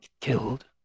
killed